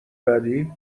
بعدی